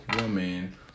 woman